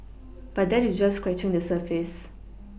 but that is just scratching the surface